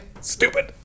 Stupid